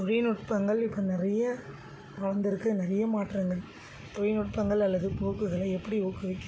தொழில்நுட்பங்கள் இப்போ நிறைய வளர்ந்துருக்கு நிறைய மாற்றங்கள் தொழில்நுட்பங்கள் அல்லது போக்குகளை எப்படி ஊக்குவிக்கிறது